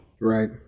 Right